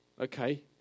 Okay